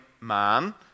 man